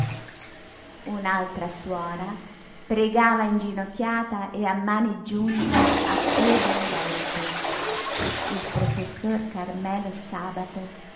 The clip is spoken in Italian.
un'altra suora pregava inginocchiata e a mani giunte a piè del letto il professor carmelo sabato